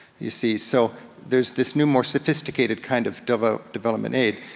you see. so, there's this new, more sophisticated kind of of ah development aid.